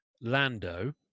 Lando